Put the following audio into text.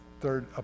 third